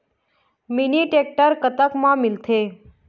Mini tractor कतक म मिलथे?